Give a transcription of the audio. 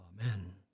Amen